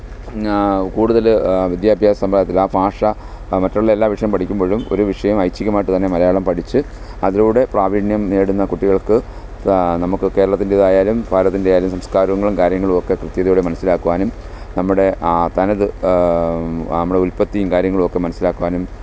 പിന്നെ കൂടുതൽ വിദ്യാഭ്യാസ സമ്പ്രദായത്തിൽ ആ ഭാഷ മറ്റുള്ള എല്ലാ വിഷയം പഠിക്കുമ്പോഴും ഒരു വിഷയം ഐഛികമായിട്ട് തന്നെ മലയാളം പഠിച്ച് അതിലൂടെ പ്രാവിണ്യം നേടുന്ന കുട്ടികള്ക്ക് നമ്മൾക്ക് കേരളത്തിൻ്റേതായാലും ഭാരതത്തിന്റെ ആയാലും സംസ്കാരങ്ങളും കാര്യങ്ങളുമൊക്കെ കൃത്യതയോടെ മനസിലാക്കുവാനും നമ്മുടെ തനത് ആ അമ്മടെ ഉല്പത്തിയും കാര്യങ്ങളുമൊക്കെ മനസ്സിലാക്കുവാനും